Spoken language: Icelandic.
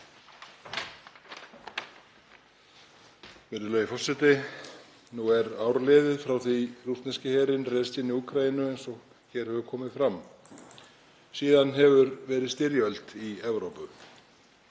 Virðulegi forseti. Nú er ár liðið frá því að rússneski herinn réðst inn í Úkraínu eins og hér hefur komið fram. Síðan hefur verið styrjöld í Evrópu.